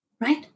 right